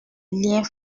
liens